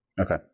Okay